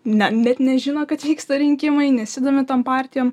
ne net nežino kad vyksta rinkimai nesidomi tom partijom